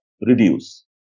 reduce